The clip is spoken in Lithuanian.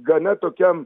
gana tokiam